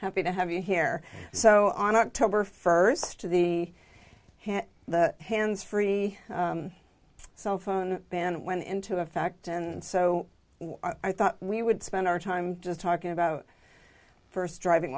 happy to have you here so on october first to be hit the hands free cell phone ban went into effect and so i thought we would spend our time just talking about first driving